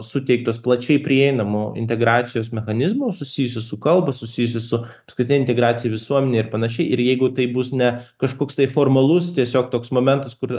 suteiktos plačiai prieinamų integracijos mechanizmų susijusių su kalba susijusių su apskritai integracija į visuomenę ir panašiai ir jeigu tai bus ne kažkoks tai formalus tiesiog toks momentas kur